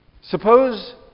Suppose